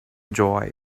joy